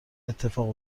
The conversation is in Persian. اتفاق